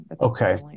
Okay